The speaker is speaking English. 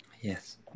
Yes